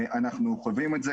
אנחנו חווים את זה.